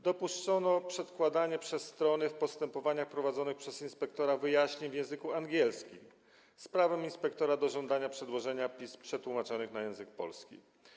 Dopuszczono przedkładanie przez strony w postępowaniach prowadzonych przez inspektora wyjaśnień w języku angielskim z prawem inspektora do żądania przedłożenia pism przetłumaczonych na język polski.